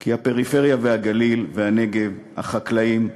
כי הפריפריה, הגליל והנגב, והחקלאים,